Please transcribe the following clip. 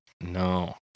No